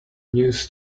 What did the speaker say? news